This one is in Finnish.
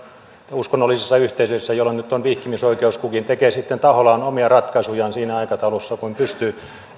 uskonnollisissa yhteisöissä joilla nyt on vihkimisoikeus kukin tekee sitten tahollaan omia ratkaisujaan siinä aikataulussa kuin pystyy